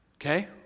Okay